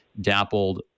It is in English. dappled